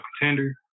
contender